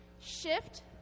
Shift